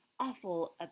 awful